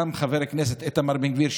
גם חבר הכנסת איתמר בן גביר,